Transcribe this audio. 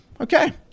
okay